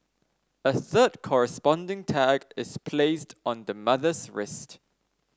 a third corresponding tag is placed on the mother's wrist